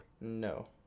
No